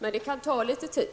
Men det kan ta litet tid.